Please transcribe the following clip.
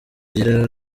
agira